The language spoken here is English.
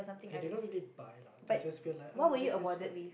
they didn't really buy lah they will just be like oh this is what